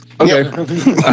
Okay